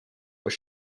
were